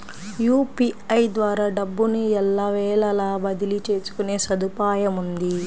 UPI ద్వారా డబ్బును ఎల్లవేళలా బదిలీ చేసుకునే సదుపాయముంది